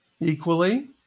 Equally